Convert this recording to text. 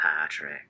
Patrick